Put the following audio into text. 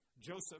Joseph